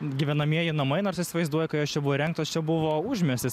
gyvenamieji namai nors įsivaizduoju kai jos čia buvo įrengtos čia buvo užmiestis